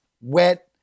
wet